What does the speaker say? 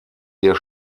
ihr